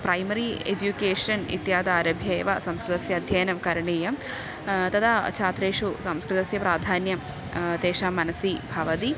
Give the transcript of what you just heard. primary education इत्यादारभ्य एव संस्कृतस्य अध्ययनं करणीयं तदा छात्रेषु संस्कृतस्य प्राधान्यं तेषां मनसि भवति